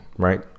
right